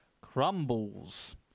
crumbles